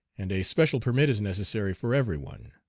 and a special permit is necessary for every one.